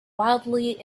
wildly